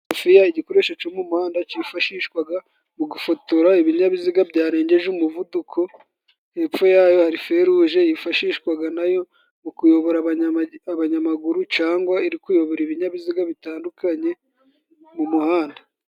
Sofiya, igikoresho co mu muhanda cifashishwaga mu gufotora ibinyabiziga byarengeje umuvuduko, hepfo yayo hari feruje, yifashishwaga nayo, mu kuyobora abanyamaguru cangwa iri kuyobora ibinyabiziga bitandukanye mu muhanda.